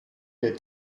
der